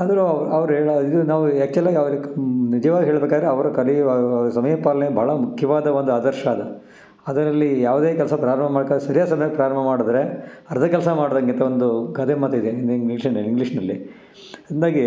ಆದರು ಅವ್ರು ಹೇಳೋ ಇದು ನಾವು ಆ್ಯಕ್ಚುಲಾಗಿ ಅವ್ರು ಕ ನಿಜವಾಗಿ ಹೇಳಬೇಕಂದ್ರೆ ಅವರು ಕಲಿಯುವ ಸಮಯ ಪಾಲನೆ ಭಾಳ ಮುಖ್ಯವಾದ ಒಂದು ಆದರ್ಶ ಅದು ಅದರಲ್ಲಿ ಯಾವುದೇ ಕೆಲಸ ಪ್ರಾರಂಭ ಮಾಡಬೇಕಾದ್ರೂ ಸರಿಯಾದ ಸಮಯಕ್ಕೆ ಪ್ರಾರಂಭ ಮಾಡಿದ್ರೆ ಅರ್ಧ ಕೆಲಸ ಮಾಡಿದಂಗೆ ಅಂತ ಒಂದು ಗಾದೆ ಮಾತೆ ಇದೆ ಹಿಂದಿ ಇಂಗ್ಲೀಷಲ್ಲಿ ಇಂಗ್ಲೀಷ್ನಲ್ಲಿ ಅಂದಾಗೆ